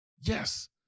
Yes